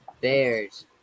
Bears